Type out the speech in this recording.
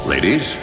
Ladies